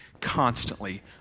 constantly